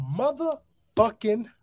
motherfucking